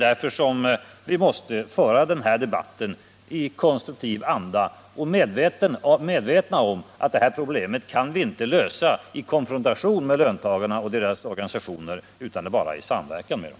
Därför måste vi föra debatten i konstruktiv anda, medvetna om att vi inte kan lösa det här problemet i konfrontation med löntagarna och deras organisationer, utan bara i samverkan med dem.